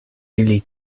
ili